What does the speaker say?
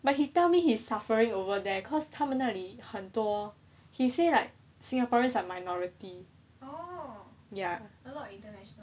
but he tell me his suffering over there cause 他们那里很多 he say like singaporeans are minority ya